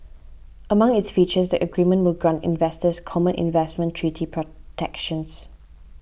among its features the agreement will grant investors common investment treaty protections